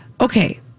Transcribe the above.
Okay